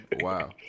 Wow